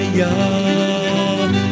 young